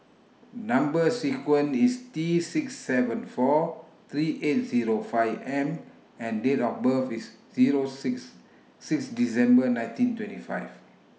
Number sequence IS T six seven four three eight Zero five M and Date of birth IS Zero six six December nineteen twenty five